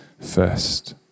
first